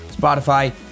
Spotify